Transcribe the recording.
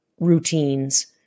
Routines